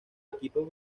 equipo